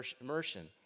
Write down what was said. immersion